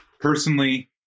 personally